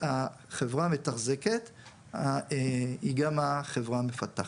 שהחברה המתחזקת היא גם החברה המפתחת.